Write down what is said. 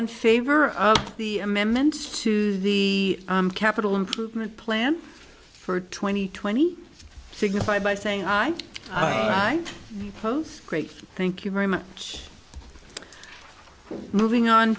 in favor of the amendments to the capital improvement plan for twenty twenty signify by saying i owe my post great thank you very much moving on